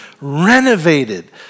renovated